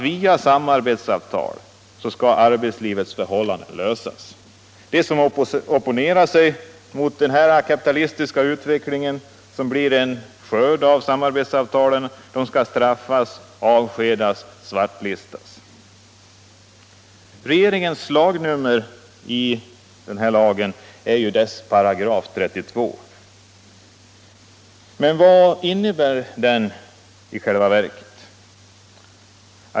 Via samarbetsavtal skall arbetslivets frågor lösas, och de som opponerar sig emot den kapitalistiska utvecklingen som blir en följd av samarbetsavtalen skall straffas, avskedas och svartlistas. Regeringens slagnummer i den här lagen är dess § 32. Men vad innebär den i själva verket?